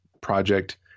Project